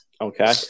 okay